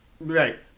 right